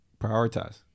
Prioritize